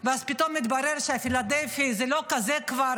ואז פתאום מתברר שפילדלפי זה כבר